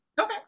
Okay